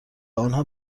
آنها